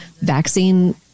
vaccine